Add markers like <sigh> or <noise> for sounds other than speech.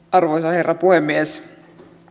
<unintelligible> arvoisa herra puhemies